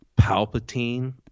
Palpatine